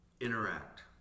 interact